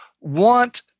want